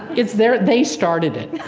it's their they started it